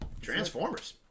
Transformers